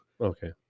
Okay